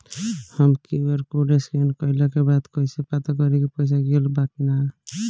हम QR code scan कइला के बाद कइसे पता करि की पईसा गेल बा की न?